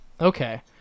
okay